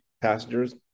passengers